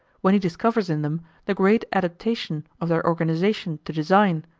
when he discovers in them the great adaptation of their organization to design,